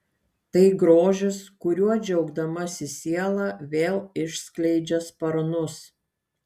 tai grožis kuriuo džiaugdamasi siela vėl išskleidžia sparnus